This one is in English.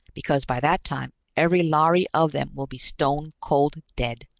because by that time every lhari of them will be stone-cold dead.